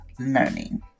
learning